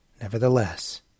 Nevertheless